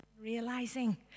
realizing